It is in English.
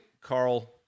Carl